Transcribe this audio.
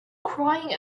crying